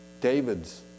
David's